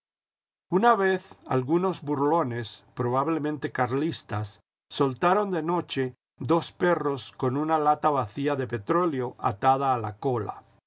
una vez algunos burlones probablemente carlistas soltaron de noche dos perros con una lata vacía de petróleo atada a la cola